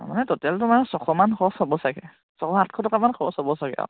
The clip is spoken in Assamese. মানে টটেল তোমাৰ ছশ মান খৰচ হ'ব চাগে ছশ সাতশ টকা মান খৰচ হ'ব চাগে আৰু